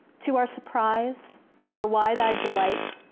to our surprise, to our wide-eyed delight,